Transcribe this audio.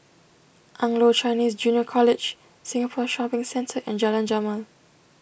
Anglo Chinese Junior College Singapore Shopping Centre and Jalan Jamal